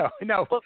No